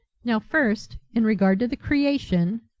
now, first, in regard to the creation,